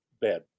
bed